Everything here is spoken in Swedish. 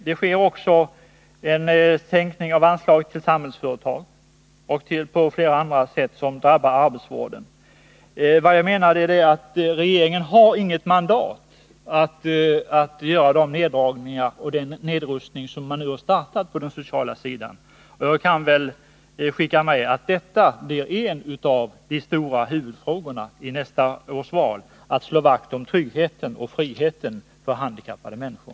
Det sker också en sänkning av anslaget till Samhällsföretag. Arbetsvården drabbas på flera andra sätt också. Regeringen har inget mandat att göra den nedrustning man nu har startat på den sociala sidan. Jag kan förutskicka att detta blir en av de stora huvudfrågorna i nästa års val: att slå vakt om tryggheten och friheten för handikappade människor.